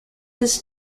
this